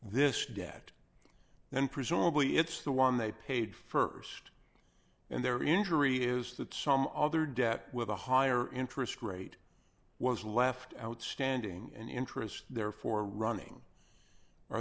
this debt and presumably it's the one they paid st and their injury is that some other debt with a higher interest rate was left outstanding and interest therefore running are